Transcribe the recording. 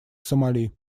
сомали